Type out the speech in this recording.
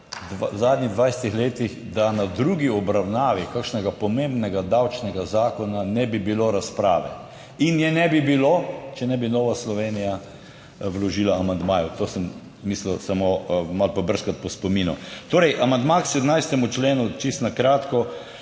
v zadnjih 20 letih, da na drugi obravnavi kakšnega pomembnega davčnega zakona ne bi bilo razprave. In je ne bi bilo, če ne bi Nova Slovenija vložila amandmajev. To sem mislil samo malo pobrskati po spominu. Torej amandma k 17. členu čisto na kratko.